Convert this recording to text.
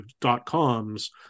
dot-coms